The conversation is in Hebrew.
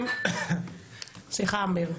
סליחה, אמיר.